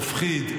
מפחיד,